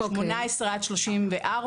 18 עד 34,